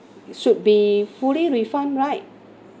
should be fully refund right